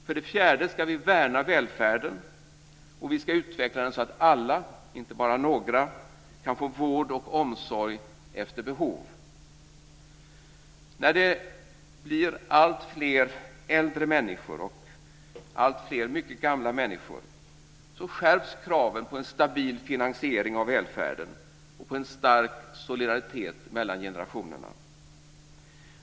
För det fjärde ska vi värna välfärden och vi ska utveckla den så att alla, inte bara några, kan få vård och omsorg efter behov. När det blir alltfler äldre människor och alltfler mycket gamla människor skärps kraven på en stabil finansiering av välfärden och på en stark solidaritet mellan generationerna.